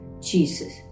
Jesus